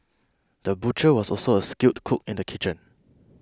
the butcher was also a skilled cook in the kitchen